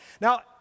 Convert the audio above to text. Now